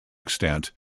extent